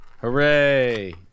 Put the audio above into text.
hooray